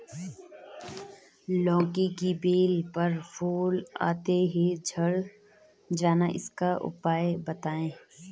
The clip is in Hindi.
लौकी की बेल पर फूल आते ही झड़ जाना इसका उपाय बताएं?